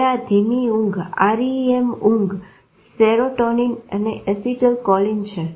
હવે આ ધીમી ઊંઘ REM ઊંઘ સેરોટીન એસીટલ કોલીન છે